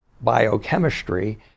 biochemistry